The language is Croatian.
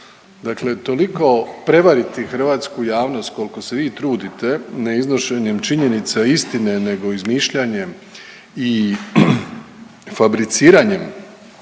Dakle, toliko prevariti hrvatsku javnost koliko se vi trudite neiznošenjem činjenice istine nego izmišljanjem i fabriciranjem